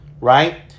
right